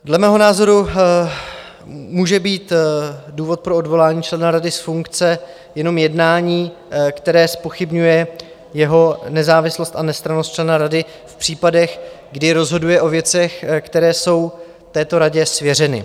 Dle mého názoru může být důvod pro odvolání člena rady z funkce jenom jednání, které zpochybňuje jeho nezávislost a nestrannost člena rady v případech, kdy rozhoduje o věcech, které jsou této radě svěřeny.